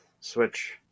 switch